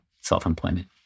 self-employment